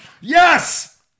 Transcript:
Yes